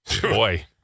boy